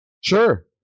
Sure